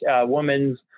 women's